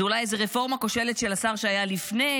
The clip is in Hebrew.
זה אולי איזו רפורמה כושלת של השר שהיה לפני.